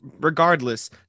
regardless